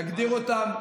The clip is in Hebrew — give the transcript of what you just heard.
נגדיר אותם,